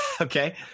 Okay